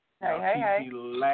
hey